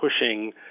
pushing